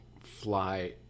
fly